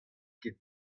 ket